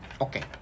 Okay